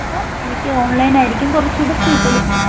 അപ്പോൾ എനിക്ക് ഓൺലൈൻ ആയിരിക്കും കുറച്ചൂടെ സ്യൂട്ടബിൾ